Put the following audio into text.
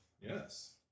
Yes